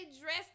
dressed